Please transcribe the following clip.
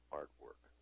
artwork